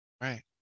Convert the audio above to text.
right